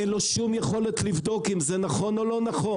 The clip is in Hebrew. אין לו שום יכולת לבדוק אם זה נכון או לא נכון.